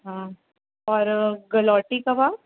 हा औरि गलौटी कबाब